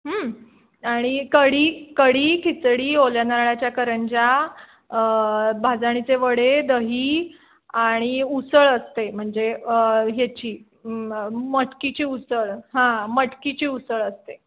आणि कढी कढी खिचडी ओल्या नारळाच्या करंजा भाजणीचे वडे दही आणि उसळ असते म्हणजे ह्याची म मटकीची उसळ हां मटकीची उसळ असते